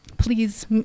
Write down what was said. please